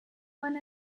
one